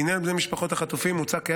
לעניין בני משפחות החטופים מוצע כי